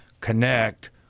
connect